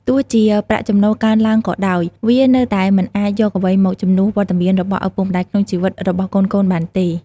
ទោះជាប្រាក់ចំណូលកើនឡើងក៏ដោយ វានៅតែមិនអាចយកអ្វីមកជំនួសវត្តមានរបស់ឪពុកម្ដាយក្នុងជីវិតរបស់កូនៗបានទេ។